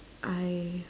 I